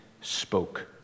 spoke